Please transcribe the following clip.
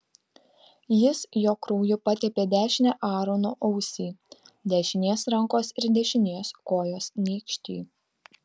jis jo krauju patepė dešinę aarono ausį dešinės rankos ir dešinės kojos nykštį